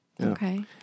Okay